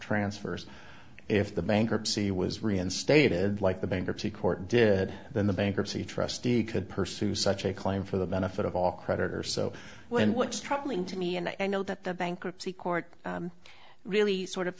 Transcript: transfers if the bankruptcy was reinstated like the bankruptcy court did then the bankruptcy trustee could pursue such a claim for the benefit of all creditors so when what's troubling to me and i know that the bankruptcy court really sort of